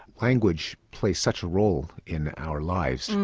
language plays such a role in our lives,